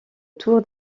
tour